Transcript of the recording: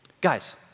Guys